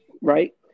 Right